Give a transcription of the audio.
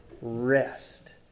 rest